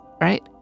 Right